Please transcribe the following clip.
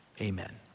amen